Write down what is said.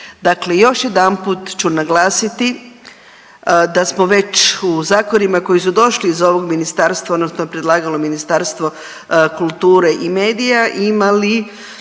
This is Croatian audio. Dakle, još jedanput ću naglasiti da smo već u zakonima koji su došli iz ovog ministarstva odnosno predlagalo Ministarstvo kulture i medija imali